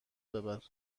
ببر